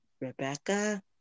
Rebecca